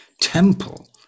temple